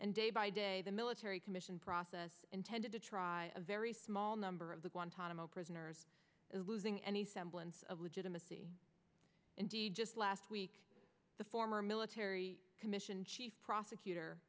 and day by day the military commission process intended to try a very small number of the guantanamo prisoners losing any semblance of legitimacy and just last week the former military commission chief prosecutor